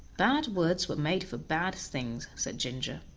bad words were made for bad things, said ginger,